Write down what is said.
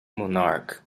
monarch